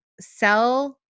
sell